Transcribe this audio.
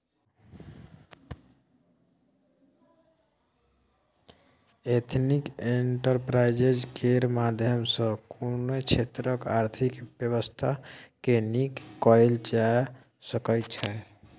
ethnic enterprise केर माध्यम सँ कोनो क्षेत्रक आर्थिक बेबस्था केँ नीक कएल जा सकै छै